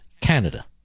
Canada